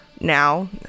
Now